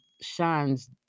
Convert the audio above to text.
shines